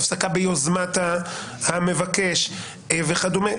הפסקה ביוזמת המבקש וכדומה.